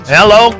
Hello